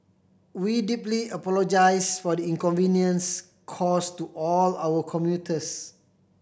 we deeply apologise for the inconvenience caused to all our commuters